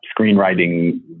screenwriting